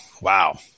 Wow